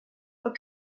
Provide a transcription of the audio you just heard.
for